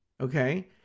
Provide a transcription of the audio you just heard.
okay